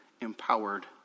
empowered